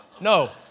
No